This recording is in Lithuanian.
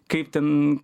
kaip ten